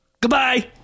Goodbye